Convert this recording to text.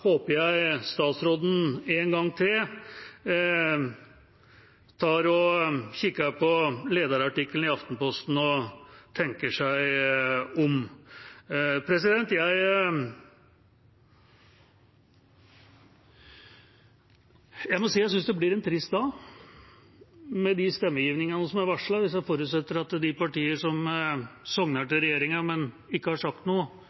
håper jeg statsråden kikker på lederartikkelen i Aftenposten en gang til og tenker seg om. Jeg må si jeg synes det blir en trist dag, med tanke på de stemmegivningene som er varslet. Hvis jeg forutsetter at de partiene som sogner til regjeringa, men ikke har sagt noe,